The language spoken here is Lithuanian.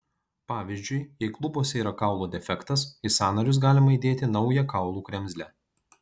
pavyzdžiui jei klubuose yra kaulo defektas į sąnarius galima įdėti naują kaulų kremzlę